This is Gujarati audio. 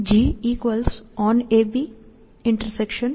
gOnABOnBD